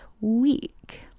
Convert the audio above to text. week